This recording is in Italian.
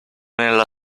nella